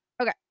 Okay